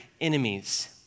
enemies